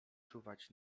czuwać